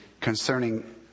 concerning